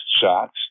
shots